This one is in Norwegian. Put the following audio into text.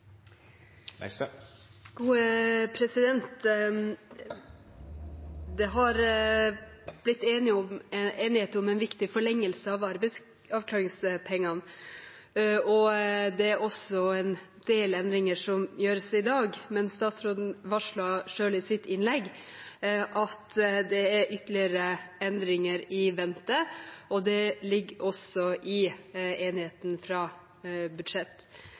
er også en del endringer som gjøres i dag. Men statsråden varslet selv i sitt innlegg at det er ytterligere endringer i vente, og det ligger også i